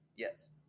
Yes